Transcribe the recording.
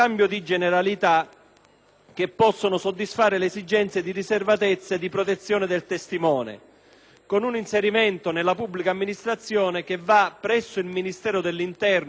che può soddisfare le esigenze di riservatezza e di protezione del testimone, nella pubblica amministrazione, presso il Ministero dell'interno ed i suoi organi periferici,